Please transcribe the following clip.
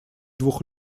двух